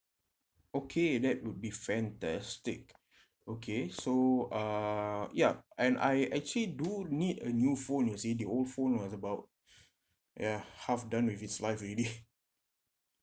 okay that would be fantastic okay so uh ya and I actually do need a new phone you see the old phone was about yeah half done with it's life already